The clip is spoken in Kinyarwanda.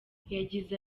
yagize